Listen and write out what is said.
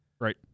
Right